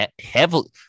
heavily